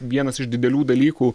vienas iš didelių dalykų